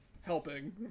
helping